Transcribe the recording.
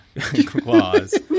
clause